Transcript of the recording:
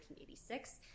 1986